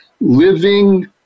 living